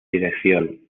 dirección